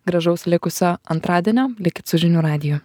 gražaus likusio antradienio likit su žinių radiju